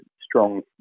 strong